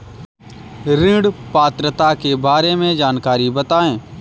ऋण पात्रता के बारे में जानकारी बताएँ?